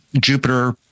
jupiter